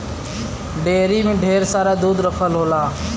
dairy में ढेर सारा दूध रखल होला